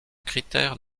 critère